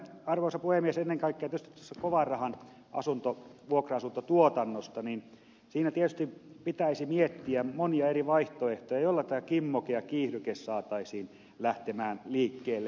mutta ensinnä arvoisa puhemies ennen kaikkea tietysti tässä kovan rahan vuokra asuntotuotannossa tietysti pitäisi miettiä monia eri vaihtoehtoja joilla tämä kimmoke ja kiihdyke saataisiin lähtemään liikkeelle